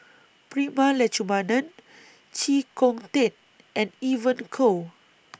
Prema Letchumanan Chee Kong Tet and Evon Kow